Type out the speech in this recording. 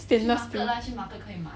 stainless steel